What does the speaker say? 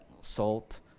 Salt